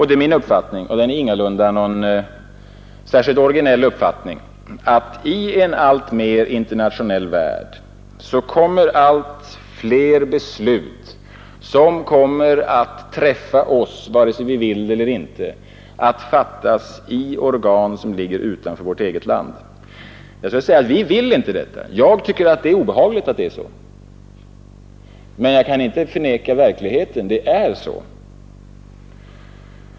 Det är min uppfattning — och ingalunda någon särskilt originell uppfattning — att i en alltmer internationell värld kommer allt fler beslut, som berör oss vare sig vi vill eller inte, att fattas i organ som ligger utanför vårt eget land. Vi vill inte detta. Jag tycker att det är obehagligt att det är så. Men jag kan inte förneka verkligheten — det är så.